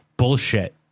bullshit